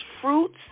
fruits